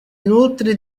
inoltre